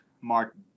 Mark